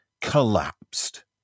collapsed